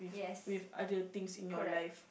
with other things in your life